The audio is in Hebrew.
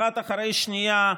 אחת אחרי השנייה,